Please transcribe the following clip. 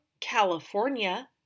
California